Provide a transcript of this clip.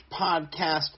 podcast